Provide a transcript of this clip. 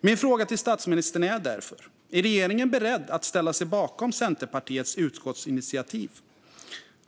Mina frågor till statsministern är därför: Är regeringen beredd att ställa sig bakom Centerpartiets utskottsinitiativ?